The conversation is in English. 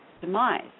demise